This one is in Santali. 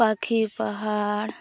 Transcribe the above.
ᱯᱟᱠᱷᱤ ᱯᱟᱦᱟᱲ